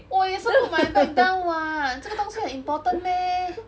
我也是 put my bag down what 这个东西很 important meh